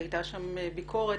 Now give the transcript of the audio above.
היתה שם ביקורת,